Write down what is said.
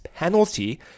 Penalty